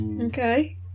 Okay